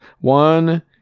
One